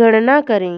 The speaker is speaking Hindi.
गणना करें